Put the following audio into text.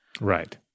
Right